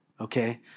Okay